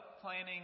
planning